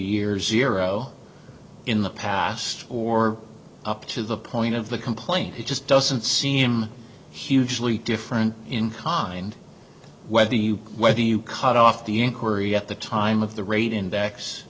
years ear zero in the past or up to the point of the complaint it just doesn't seem huge leap different in kind whether you whether you cut off the inquiry at the time of the raid index